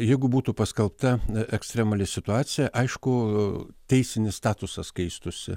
jeigu būtų paskelbta ekstremali situacija aišku teisinis statusas keistųsi